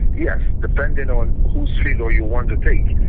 yeah depending on whose figure you want to take.